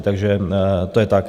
Takže to je tak.